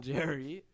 Jerry